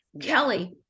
Kelly